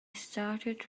started